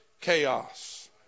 chaos